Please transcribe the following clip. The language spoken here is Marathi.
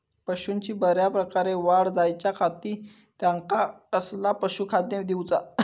पशूंची बऱ्या प्रकारे वाढ जायच्या खाती त्यांका कसला पशुखाद्य दिऊचा?